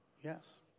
Yes